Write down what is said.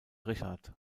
richard